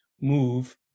move